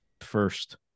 first